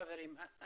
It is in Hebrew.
חברים,